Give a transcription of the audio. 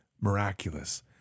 miraculous